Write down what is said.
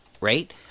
right